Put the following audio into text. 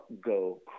go